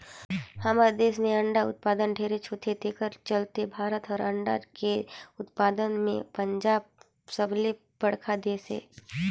हमर देस में अंडा उत्पादन ढेरे होथे तेखर चलते भारत हर अंडा के उत्पादन में पांचवा सबले बड़खा देस हे